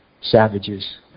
savages